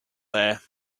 there